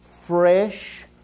fresh